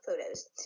photos